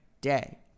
day